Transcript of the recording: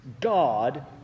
God